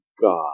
God